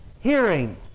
hearing